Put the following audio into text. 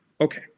Okay